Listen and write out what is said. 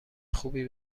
خوبی